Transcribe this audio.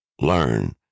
learn